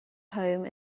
home